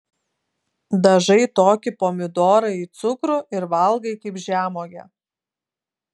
dažai tokį pomidorą į cukrų ir valgai kaip žemuogę